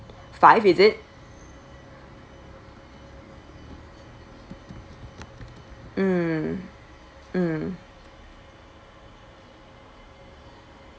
five is it mm mm